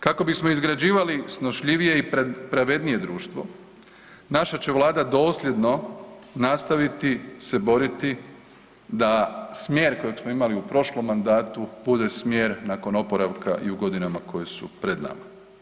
Kako bismo izgrađivali snošljivije i pravednije društvo naša će Vlada dosljedno nastaviti se boriti da smjer kojeg smo imali u prošlom mandatu bude smjer nakon oporavka i u godinama koje su pred nama.